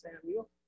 Samuel